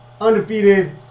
undefeated